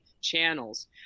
channels